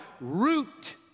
root